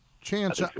chance